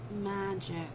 magic